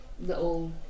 little